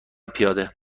پیاده